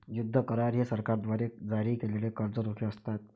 युद्ध करार हे सरकारद्वारे जारी केलेले कर्ज रोखे असतात